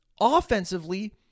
offensively